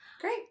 Great